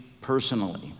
personally